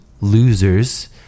losers